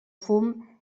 fum